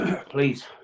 please